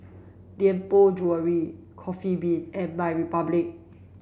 Tianpo Jewellery Coffee Bean and MyRepublic